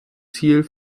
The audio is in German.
ziel